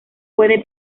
puede